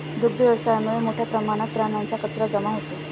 दुग्ध व्यवसायामुळे मोठ्या प्रमाणात प्राण्यांचा कचरा जमा होतो